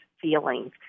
feelings